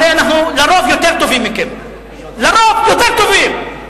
הרי אנחנו לרוב יותר טובים מכם, לרוב יותר טובים.